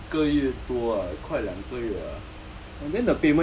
一个月多啊快两个月啊